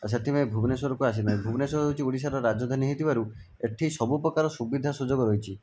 ଆଉ ସେଥିପାଇଁ ଭୁବନେଶ୍ୱରକୁ ଆସିଥାନ୍ତି ଭୁବନେଶ୍ୱର ହେଉଛି ଓଡ଼ିଶାର ରାଜଧାନୀ ହୋଇଥିବାରୁ ଏଠି ସବୁ ପ୍ରକାର ସୁବିଧା ସୁଯୋଗ ରହିଛି